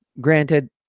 Granted